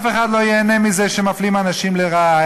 אף אחד לא ייהנה מזה שמפלים אנשים לרעה.